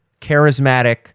charismatic